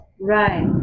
Right